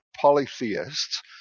polytheists